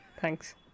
Thanks